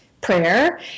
prayer